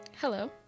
Hello